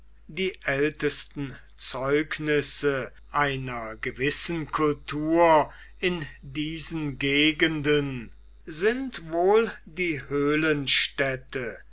die ältesten zeugnisse einer gewissen kultur in diesen gegenden sind wohl die